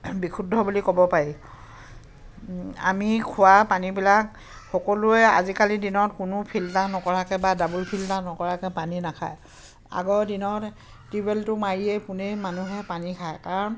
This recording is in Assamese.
বিশুদ্ধ বুলি ক'ব পাৰি আমি খোৱা পানীবিলাক সকলোৱে আজিকালিৰ দিনত কোনো ফিল্টাৰ নকৰাকৈ বা ডাবুল ফিল্টাৰ নকৰাকৈ পানী নাখায় আগৰ দিনত টিউবেলটো মাৰিয়ে পোনেই মানুহে পানী খায় কাৰণ